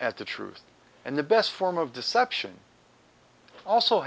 at the truth and the best form of deception also